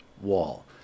wall